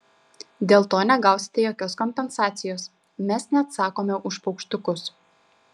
dėl to negausite jokios kompensacijos mes neatsakome už paukštukus